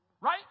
Right